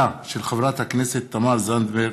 תודה.